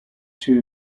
two